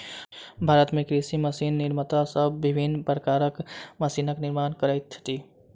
भारत मे कृषि मशीन निर्माता सब विभिन्न प्रकारक मशीनक निर्माण करैत छथि